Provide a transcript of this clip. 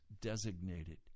designated